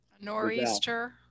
Nor'easter